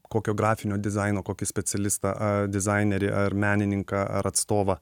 kokio grafinio dizaino kokį specialistą a dizainerį ar menininką ar atstovą